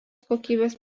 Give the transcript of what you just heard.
kokybės